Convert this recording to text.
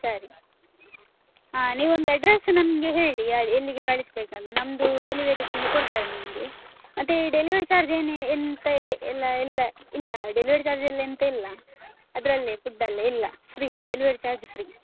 ಸರಿ ಹಾಂ ನೀವು ಒಂದು ಅಡ್ರೆಸ್ ನಮಗೆ ಹೇಳಿ ಅದು ಎಲ್ಲಿಗೆ ಕಳಿಸಬೇಕಂತ ನಮ್ಮದು ಡೆಲಿವೆರಿ ತಂದು ಕೊಡ್ತಾರೆ ನಿಮಗೆ ಮತ್ತೆ ಡೆಲಿವೆರಿ ಚಾರ್ಜ್ ಏನೇ ಎಂತೇ ಎಲ್ಲ ಇಲ್ಲ ಇಲ್ಲ ಡೆಲಿವೆರಿ ಚಾರ್ಜ್ ಎಲ್ಲ ಎಂತ ಇಲ್ಲ ಅದರಲ್ಲೇ ಫುಡ್ ಅಲ್ಲೇ ಇಲ್ಲ ಫ್ರೀ ಡೆಲಿವೆರಿ ಚಾರ್ಜ್ ಫ್ರೀ